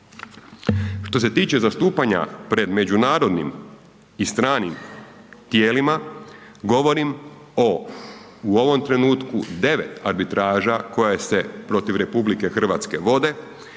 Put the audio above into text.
Što se tiče zastupanja pred međunarodnim i stranim tijelima govorim o u ovom trenutku 9 arbitraža koje se protiv RH vode